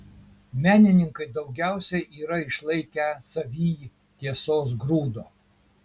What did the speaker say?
menininkai daugiausiai yra išlaikę savyj tiesos grūdo